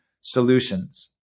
solutions